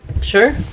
Sure